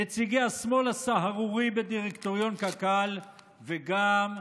נציגי השמאל הסהרורי בדירקטוריון קק"ל וגם,